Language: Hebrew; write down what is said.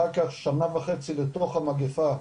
אחר כך שנה וחצי לתוך המגפה,